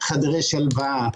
חדרי שלווה,